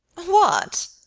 what!